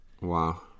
Wow